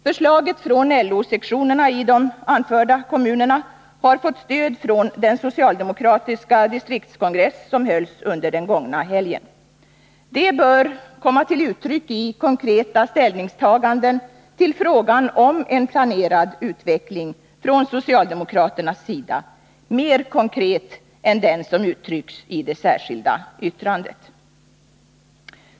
Förslaget från LO-sektionerna i de anförda kommunerna har fått stöd från den socialdemokratiska distriktskongress som hölls under den gångna helgen. Det bör komma till uttryck i konkreta ställningstaganden från socialdemokraternas sida till frågan om en planerad utveckling, mer konkreta än det som uttrycks i det särskilda yttrandet.